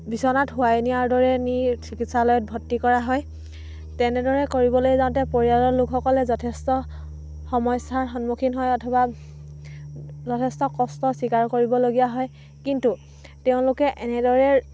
বিচনাত শুৱাই নিয়াৰ দৰে নি চিকিৎসালয়ত ভৰ্তি কৰা হয় তেনেদৰে কৰিবলৈ যাওঁতে পৰিয়ালৰ লোকসকলে যথেষ্ট সমস্যাৰ সন্মুখীন হয় অথবা যথেষ্ট কষ্ট স্বীকাৰ কৰিবলগীয়া হয় কিন্তু তেওঁলোকে এনেদৰে